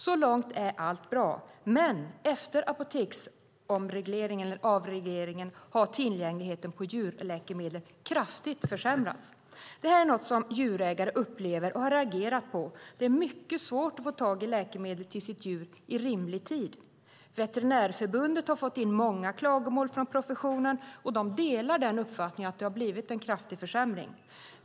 Så långt är allt bra, men efter apoteksavregleringen har tillgängligheten på djurläkemedel försämrats kraftigt. Detta är något som djurägare upplever och har reagerat på då det är mycket svårt att få tag i läkemedel till sitt djur i rimlig tid. Veterinärförbundet har fått in många klagomål från professionen och delar uppfattningen att det har blivit en kraftig försämring.